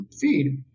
feed